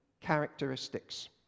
characteristics